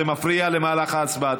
זה מפריע למהלך ההצבעה.